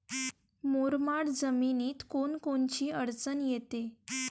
मुरमाड जमीनीत कोनकोनची अडचन येते?